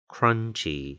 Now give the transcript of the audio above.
Crunchy